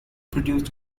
produced